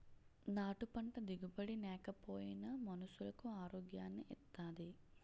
నాటు పంట దిగుబడి నేకపోయినా మనుసులకు ఆరోగ్యాన్ని ఇత్తాది